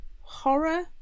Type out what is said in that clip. Horror